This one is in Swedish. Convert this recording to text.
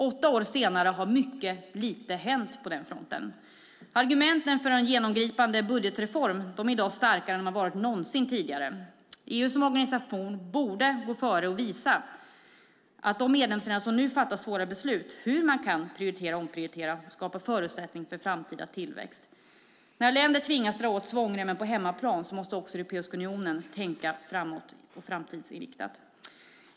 Åtta år senare har mycket lite hänt på denna front. Argumenten för en genomgripande budgetreform är i dag starkare än någonsin tidigare. EU som organisation borde gå före och visa de medlemsländer som nu fattar svåra beslut hur man kan prioritera och omprioritera och skapa förutsättning för framtida tillväxt. När länder tvingas dra åt svångremmen på hemmaplan måste också Europeiska unionen tänka framåt och framtidsinriktat.